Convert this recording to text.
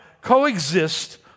coexist